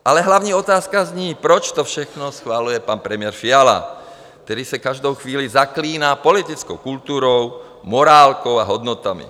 Ale hlavní otázka zní, proč to všechno schvaluje pan premiér Fiala, který se každou chvíli zaklíná politickou kulturou, morálkou a hodnotami?